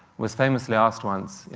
was famously asked once,